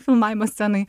filmavimo scenai